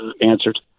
answered